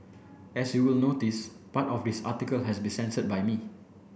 as you will notice part of the article has been censored by me